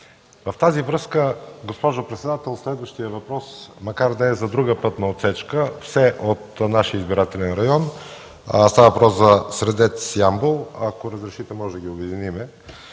В тази връзка, госпожо председател, следващият въпрос, макар да е за друга пътна отсечка, но все от нашия избирателен район – става въпрос за Средец – Ямбол, ако разрешите, можем да ги обединим,